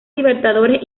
libertadores